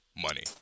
money